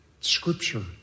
scripture